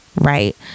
right